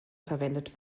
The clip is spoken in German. verwendet